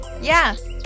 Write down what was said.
Yes